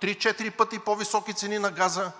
три-четири пъти по-високи цени на газа.